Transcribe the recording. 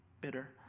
bitter